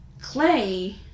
Clay